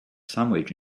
sandwich